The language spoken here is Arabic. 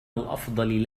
الأفضل